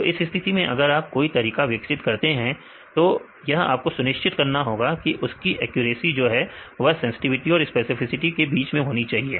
तो इस स्थिति में अगर आप कोई तरीका विकसित करते हैं तो यह आपको सुनिश्चित करना होगा की उसकी एक्यूरेसी जो है वह सेंसटिविटी और स्पेसिफिसिटी के बीच की होनी चाहिए